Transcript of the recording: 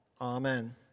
Amen